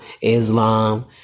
Islam